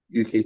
UK